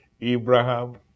Abraham